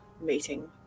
meeting